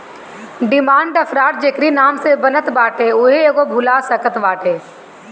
demand draft जेकरी नाम से बनत बाटे उहे एके भुना सकत बाटअ